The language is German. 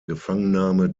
gefangennahme